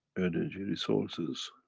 energy resources